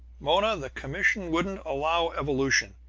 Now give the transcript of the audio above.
mona the commission wouldn't allow evolution,